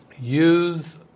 Use